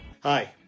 Hi